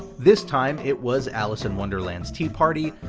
this time it was alice in wonderland's tea party,